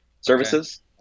services